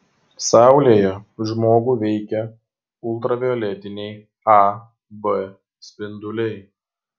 saulėje žmogų veikia ultravioletiniai a b spinduliai